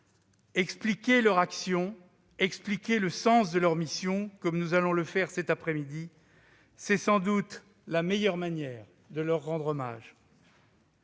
Expliquer leur action et le sens de leur mission, comme nous allons le faire cet après-midi, est sans doute la meilleure manière de leur rendre hommage.